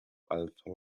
alzó